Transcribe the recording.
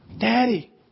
Daddy